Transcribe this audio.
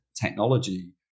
technology